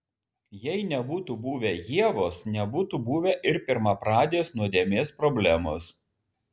jei nebūtų buvę ievos nebūtų buvę ir pirmapradės nuodėmės problemos